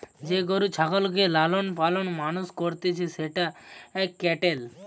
যে গরু ছাগলকে লালন পালন মানুষ করতিছে সেটা ক্যাটেল